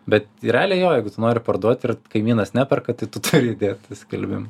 bet realiai jo jeigu tu nori parduoti ir kaimynas neperka tai turi dėti skelbimą